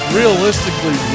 realistically